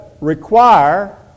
require